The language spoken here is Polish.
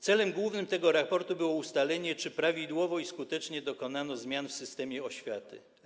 Celem głównym tego raportu było ustalenie, czy prawidłowo i skutecznie dokonano zmian w systemie oświaty.